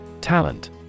Talent